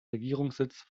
regierungssitz